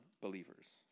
believers